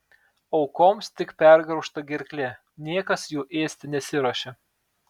aukoms tik pergraužta gerklė niekas jų ėsti nesiruošė